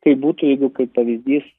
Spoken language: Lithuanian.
kaip būtų jeigu kaip pavyzdys